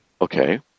Okay